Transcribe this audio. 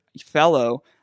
fellow